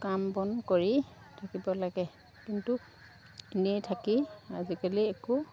কাম বন কৰি থাকিব লাগে কিন্তু এনেই থাকি আজিকালি একো